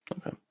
Okay